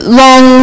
long